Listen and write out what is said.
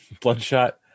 bloodshot